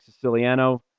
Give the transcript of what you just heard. siciliano